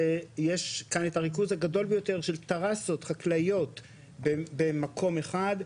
שיש כאן את הריכוז הגדול ביותר של טראסות חקלאיות במקום אחד,